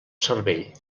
cervell